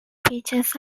features